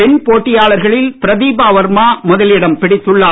பெண் போட்டியாளர்களில் பிரதீபா வர்மா முதலிடம் பிடித்துள்ளார்